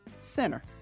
Center